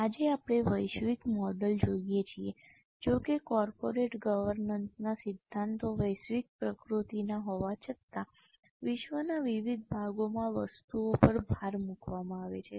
આજે આપણે વૈશ્વિક મોડલ જોઈએ છીએ જો કે કોર્પોરેટ ગવર્નન્સના સિદ્ધાંતો વૈશ્વિક પ્રકૃતિના હોવા છતાં વિશ્વના વિવિધ ભાગોમાં વસ્તુઓ પર ભાર મૂકવામાં આવે છે